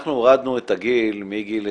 אנחנו הורדנו את הגיל מגיל 26,